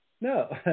no